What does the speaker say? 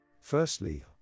Firstly